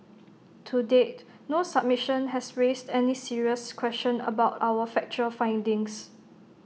to date no submission has raised any serious question about our factual findings